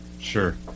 Sure